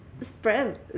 spread